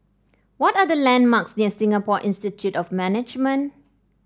what are the landmarks near Singapore Institute of Management